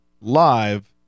live